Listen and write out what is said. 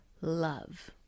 love